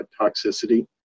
toxicity